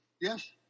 Yes